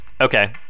Okay